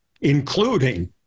including